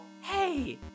hey